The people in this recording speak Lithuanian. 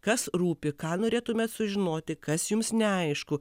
kas rūpi ką norėtumėt sužinoti kas jums neaišku